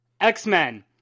X-Men